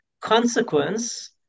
consequence